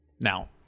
Now